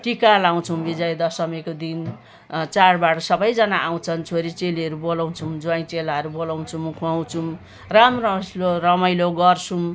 टिका लगाउँछौँ विजय दशमीको दिन चाडबाड सबैजना आउँछन् छोरीचेलीहरू बोलाउँछौँ ज्वाइँचेलाहरू बोलाउँछौँ खुवाउँछौँ रामरौस र रमाइलो गर्छौँ